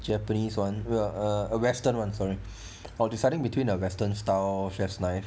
japanese [one] a western [one] sorry I was deciding between the western style chef's knife